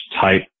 type